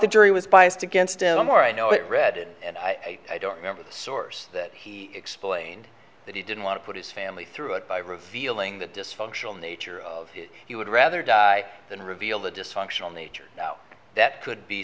the jury was biased against him or i know it read it and i don't remember the source that explained that he didn't want to put his family through it by revealing that dysfunctional nature of he would rather die than reveal the dysfunctional nature now that could be